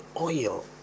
oil